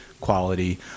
quality